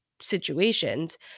situations